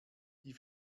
die